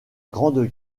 grande